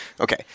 okay